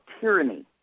tyranny